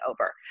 over